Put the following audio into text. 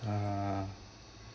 uh